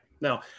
Now